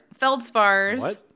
feldspars